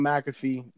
McAfee